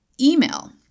email